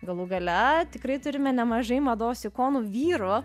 galų gale tikrai turime nemažai mados ikonų vyrų